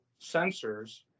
sensors